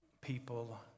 people